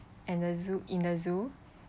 and the zoo in the zoo